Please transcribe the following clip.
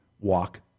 walk